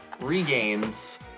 regains